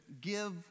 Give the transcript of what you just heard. give